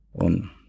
on